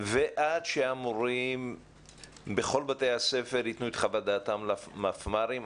ועד שהמורים בכל בתי הספר יתנו את חוות דעתם למפמ"רים,